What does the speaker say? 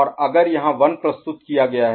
और अगर यहाँ 1 प्रस्तुत किया गया है